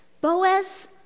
Boaz